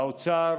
באוצר